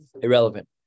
Irrelevant